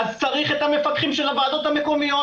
צריך את המפקחים של הוועדות המקומיות